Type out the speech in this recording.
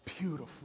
Beautiful